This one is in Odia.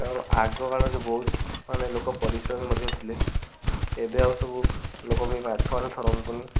କାରଣ ଆଗ କାଳରେ ବହୁତ ମାନେ ଲୋକ ପରିଶ୍ରମୀ ମଧ୍ୟ ଥିଲେ ଏବେ ଆଉ ସବୁ ଲୋକ କେହି ମାଛ ଥରନ୍ତୁନି